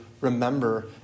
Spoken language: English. remember